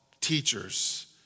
teachers